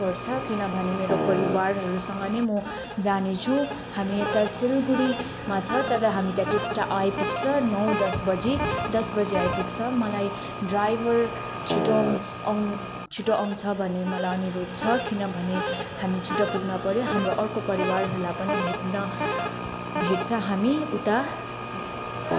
पर्छ किनभने मेरो परिवारहरूसँग नै म जानेछु हामी यता सिलगढीमा छ तर हामी त्यहाँ टिस्टा आइपुग्छ नौ दस बजी दस बजी आइपुग्छ मलाई ड्राइबर छिटो छिटो आउँछ भन्ने मलाई अनुरोध छ किनभने हामी छिटो पुग्नपऱ्यो हाम्रो अर्को परिवारहरूलाई पनि भेट्न भेट्छ हामी उता